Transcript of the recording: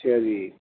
ਅੱਛਾ ਜੀ